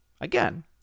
Again